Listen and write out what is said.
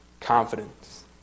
confidence